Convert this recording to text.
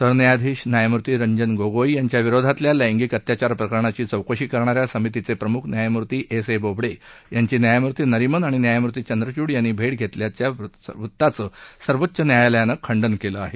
सरन्यायाधीश न्यायमूर्ती रंजन गोगोई यांच्या विरोधातल्या लैंगिक अत्याचार प्रकरणाची चौकशी करणाऱ्या समितीचे प्रमुख न्यायमूर्ती एस ए बोबडे यांची न्यायमूर्ती नरिमन आणि न्यायमूर्ती चंद्रचूड यांनी भेट घेतल्याच्या वृत्ताचं सर्वोच्च न्यायालयानं खंडन केलं आहे